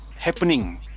Happening